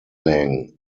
lang